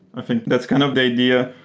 i think that's kind of the idea.